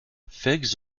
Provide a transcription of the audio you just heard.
figs